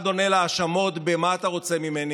אחד עונה להאשמות ב"מה אתה רוצה ממני",